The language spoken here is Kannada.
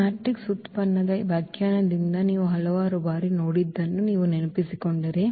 ಈ ಮ್ಯಾಟ್ರಿಕ್ಸ್ ಉತ್ಪನ್ನದ ಈ ವ್ಯಾಖ್ಯಾನದಿಂದ ನೀವು ಹಲವಾರು ಬಾರಿ ನೋಡಿದ್ದನ್ನು ನೀವು ನೆನಪಿಸಿಕೊಂಡರೆ